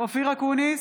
אופיר אקוניס,